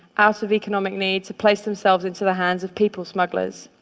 out of economic need, to place themselves into the hands of people smugglers.